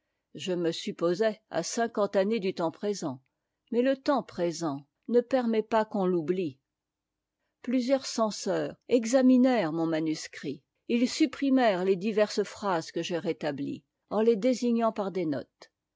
je me supposais à cinquante années du temps présent mais le temps présent ne permet pas qu'on l'oublie plusieurs censeurs examinèrent mon manuscrit ils supprimèrent les diverses phrases que j'ai rétablies en les désignant par des notes